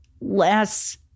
less